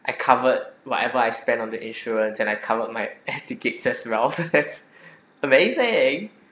I covered whatever I spend on the insurance and I covered my air tickets as well as amazing